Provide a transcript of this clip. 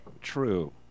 True